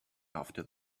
after